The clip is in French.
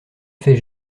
faits